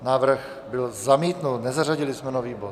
Návrh byl zamítnut, nezařadili jsme nový bod.